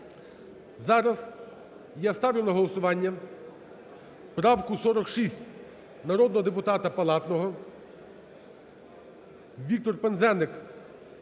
Зараз я ставлю на голосування правку 46, народного депутата Палатного. Віктор Пинзеник